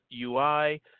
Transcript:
UI